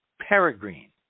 Peregrine